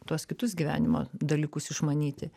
tuos kitus gyvenimo dalykus išmanyti